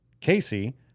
Casey